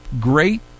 great